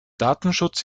datenschutz